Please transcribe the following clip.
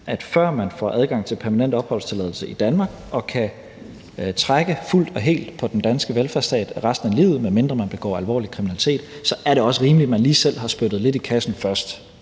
før man får adgang til permanent ophold i Danmark og kan trække fuldt og helt på den danske velfærdsstat resten af livet, medmindre man begår alvorlig kriminalitet, at man lige selv også har spyttet lidt i kassen først.